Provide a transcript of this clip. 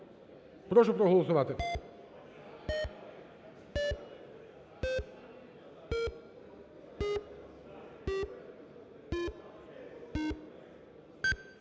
Прошу проголосувати.